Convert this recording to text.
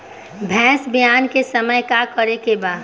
भैंस ब्यान के समय का करेके बा?